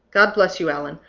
god bless you, allan!